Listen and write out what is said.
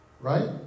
right